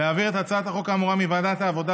להעביר את הצעת החוק האמורה מוועדת העבודה